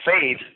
faith